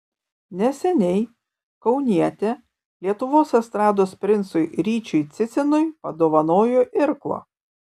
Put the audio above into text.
neseniai kaunietė lietuvos estrados princui ryčiui cicinui padovanojo irklą